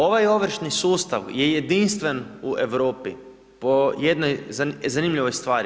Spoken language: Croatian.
Ovaj ovršni sustav je jedinstven u Europi po jednoj zanimljivoj stvari.